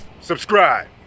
subscribe